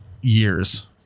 years